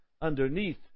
underneath